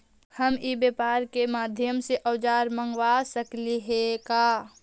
हम ई व्यापार के माध्यम से औजर मँगवा सकली हे का?